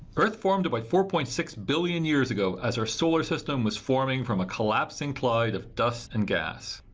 earth formed about four point six billion years ago as our solar system was forming from a collapsing cloud of dust and gas.